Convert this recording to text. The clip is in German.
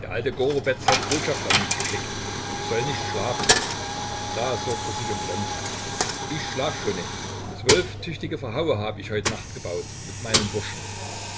der alte gorobetz hat botschaft an mich geschickt ich soll nicht schlafen da sorgt er sich umsonst ich schlaf schon nicht zwölf tüchtige verhaue hab ich heut nacht gebaut mit meinen burschen